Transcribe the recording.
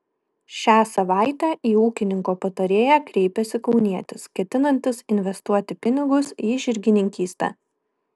šią savaitę į ūkininko patarėją kreipėsi kaunietis ketinantis investuoti pinigus į žirgininkystę